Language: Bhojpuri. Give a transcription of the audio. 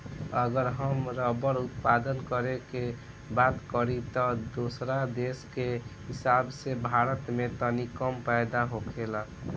अगर हम रबड़ उत्पादन करे के बात करी त दोसरा देश के हिसाब से भारत में तनी कम पैदा होखेला